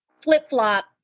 flip-flop